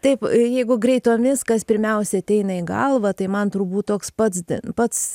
taip jeigu greitomis kas pirmiausia ateina į galvą tai man turbūt toks pats pats